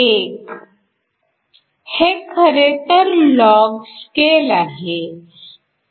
1 हे खरेतर log scale आहे